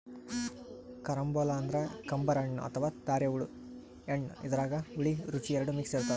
carambola ಅಂದ್ರ ಕಂಬರ್ ಹಣ್ಣ್ ಅಥವಾ ಧಾರೆಹುಳಿ ಹಣ್ಣ್ ಇದ್ರಾಗ್ ಹುಳಿ ರುಚಿ ಎರಡು ಮಿಕ್ಸ್ ಇರ್ತದ್